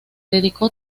dedicó